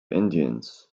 indians